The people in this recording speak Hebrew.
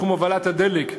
בתחום הובלת דלק,